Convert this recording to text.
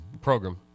Program